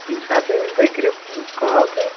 ییٚمہِ ساتہٕ تُہۍ ؤنِو تُہۍ کٔرِو کال تہٕ